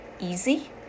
easy